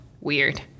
Weird